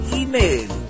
email